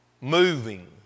moving